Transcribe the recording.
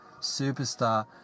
superstar